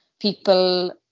people